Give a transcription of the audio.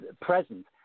present